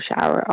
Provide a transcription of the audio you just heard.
shower